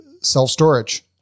self-storage